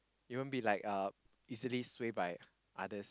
you won't be like uh easily sway by others